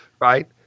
right